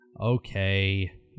Okay